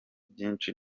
byinshi